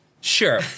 Sure